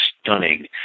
stunning